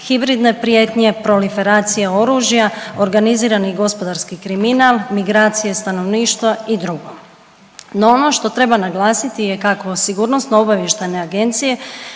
hibridne prijetnje, proliferacija oružja, organizirani i gospodarski kriminal, migracije stanovništva i drugo. No, ono što treba naglasiti je kako sigurnosno-obavještajne agencije